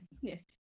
yes